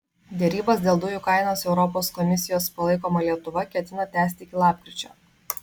derybas dėl dujų kainos europos komisijos palaikoma lietuva ketina tęsti iki lapkričio